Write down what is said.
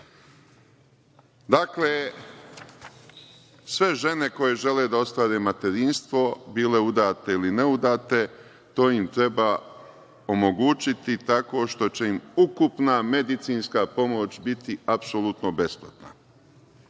sve žene koje žele da ostvare materinstvo, bile udate ili neudate, to im treba omogućiti tako što će im ukupna medicinska pomoć biti apsolutno besplatna. Drugo,